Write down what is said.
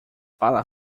fala